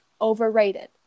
overrated